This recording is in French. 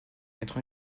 quatre